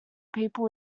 people